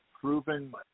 proven